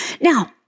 Now